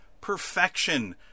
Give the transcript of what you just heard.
perfection